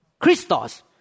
Christos